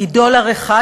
היא דולר אחד,